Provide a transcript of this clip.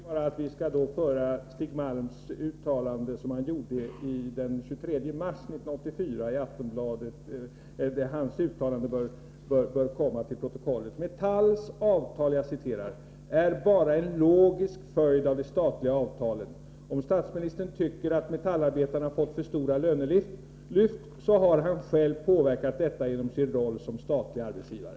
Herr talman! Jag tycker att det uttalande som Stig Malm den 23 mars 1984 gjorde i Aftonbladet bör komma till protokollet: ”Metalls avtal är bara en logisk följd av de statliga avtalen. Om statsministern tycker att metallarbetarna fått för stora lönelyft så har han själv påverkat detta genom sin roll som statlig arbetsgivare.”